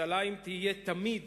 ירושלים תהיה תמיד